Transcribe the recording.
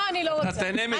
אתה תהנה מזה, נכון?